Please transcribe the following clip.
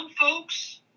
folks